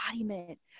embodiment